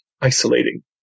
isolating